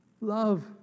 love